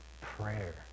prayer